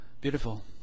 Beautiful